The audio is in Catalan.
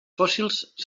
fòssils